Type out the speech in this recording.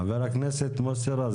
חבר הכנסת מוסי רז,